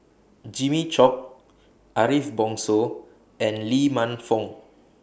Jimmy Chok Ariff Bongso and Lee Man Fong